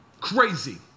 crazy